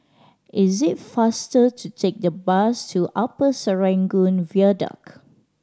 it is faster to take the bus to Upper Serangoon Viaduct